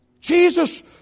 Jesus